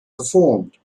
performed